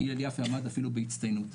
הלל יפה עמד אפילו בהצטיינות.